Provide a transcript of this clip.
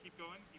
going